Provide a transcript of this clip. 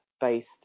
based